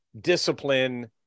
discipline